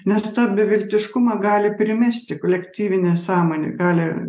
nes tą beviltiškumą gali primesti kolektyvinė sąmonė gali